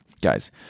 guys